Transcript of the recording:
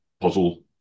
puzzle